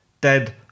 Dead